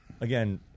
again